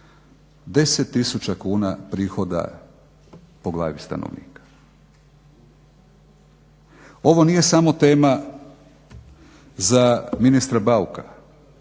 tisuća kuna prihoda po glavi stanovnika. Ovo nije samo tema za ministra Bauka,